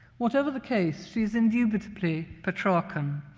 whatever the case, she's indubitably petrarchan.